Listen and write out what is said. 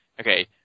Okay